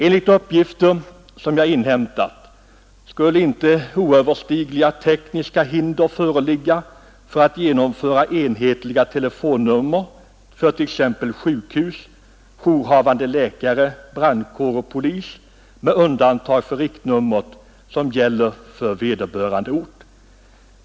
Enligt uppgifter som jag inhämtat skulle inte oöverstigliga tekniska hinder föreligga för att genomföra enhetliga telefonnummer för t.ex. sjukhus, jourhavande läkare, brandkår och polis med undantag för riktnumret som gäller för vederbörande ort.